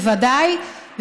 בוודאי,